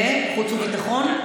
בחוץ וביטחון?